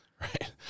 Right